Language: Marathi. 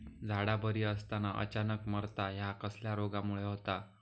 झाडा बरी असताना अचानक मरता हया कसल्या रोगामुळे होता?